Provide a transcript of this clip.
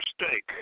mistake